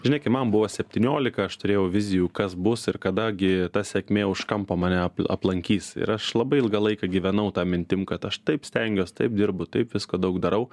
žinai kai man buvo septyniolika aš turėjau vizijų kas bus ir kada gi ta sėkmė už kampo mane ap aplankys ir aš labai ilgą laiką gyvenau ta mintim kad aš taip stengiuos taip dirbu taip visko daug darau